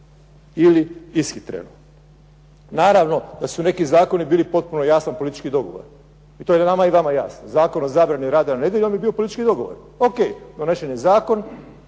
ili ishitreno. Naravno da su neki zakoni bili potpuni politički dogovor, Zakon o zabrani rada nedjeljom je bio politički odgovor. Ok, donesen je zakon,